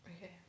Okay